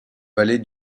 vallée